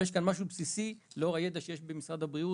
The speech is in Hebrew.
יש כאן משהו בסיסי לאור הידע שיש במשרד הבריאות,